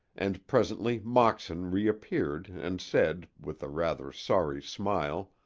and presently moxon reappeared and said, with a rather sorry smile